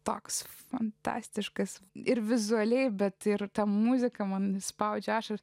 toks fantastiškas ir vizualiai bet ir ta muzika man išspaudžia ašarą